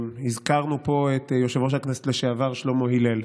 הזכרנו פה את יושב-ראש הכנסת לשעבר שלמה הלל.